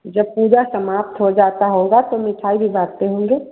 जब पूजा समाप्त हो जाती होगी तो मिठाई भी बाँटते होंगे